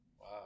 wow